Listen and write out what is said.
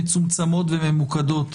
מצומצמות וממוקדות.